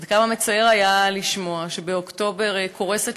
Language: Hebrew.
עד כמה מצער היה לשמוע שבאוקטובר קורסת